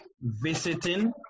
visiting